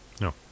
No